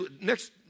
next